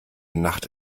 nacht